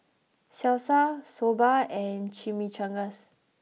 Salsa Soba and Chimichangas